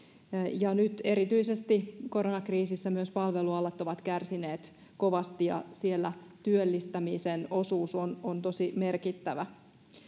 ja nyt erityisesti koronakriisissä myös palvelualat ovat kärsineet kovasti ja siellä työllistämisen osuus on on tosi merkittävä